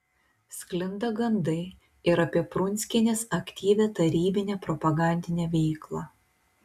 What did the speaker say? sklinda gandai ir apie prunskienės aktyvią tarybinę propagandinę veiklą